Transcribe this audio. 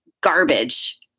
garbage